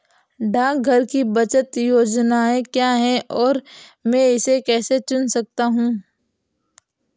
डाकघर की बचत योजनाएँ क्या हैं और मैं इसे कैसे चुन सकता हूँ?